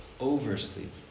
oversleep